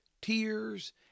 tears